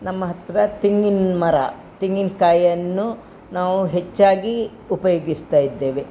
ನಮ್ಮ ಹತ್ತಿರ ತೆಂಗಿನ ಮರ ತೆಂಗಿನಕಾಯಿಯನ್ನು ನಾವು ಹೆಚ್ಚಾಗಿ ಉಪಯೋಗಿಸ್ತಾ ಇದ್ದೇವೆ